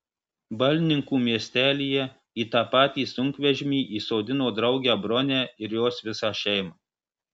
balninkų miestelyje į tą patį sunkvežimį įsodino draugę bronę ir jos visą šeimą